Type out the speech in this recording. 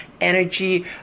energy